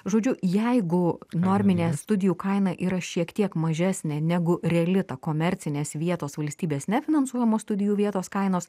žodžiu jeigu norminė studijų kaina yra šiek tiek mažesnė negu reali ta komercinės vietos valstybės nefinansuojamų studijų vietos kainos